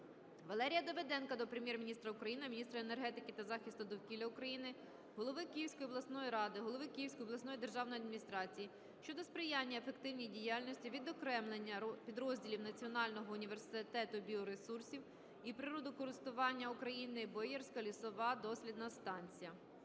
Валерія Давиденка до Прем'єр-міністра України, міністра енергетики та захисту довкілля України, голови Київської обласної ради, голови Київської обласної державної адміністрації щодо сприяння ефективній діяльності відокремленого підрозділу Національного університету біоресурсів і природокористування України "Боярська лісова дослідна станція".